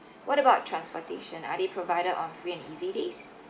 what about transportation are they provided on free and easy days